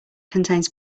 contains